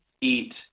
eat